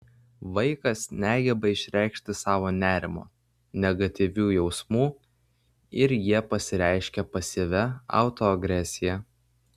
vaikas negeba išreikšti savo nerimo negatyvių jausmų ir jie pasireiškia pasyvia autoagresija